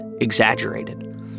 exaggerated